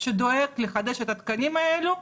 שדואג לחדש את התקנים האלו.